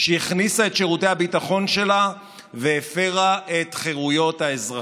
שהכניסה את שירותי הביטחון שלה והפרה את חירויות האזרחים.